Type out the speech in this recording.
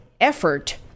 effort